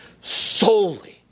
solely